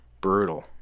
Brutal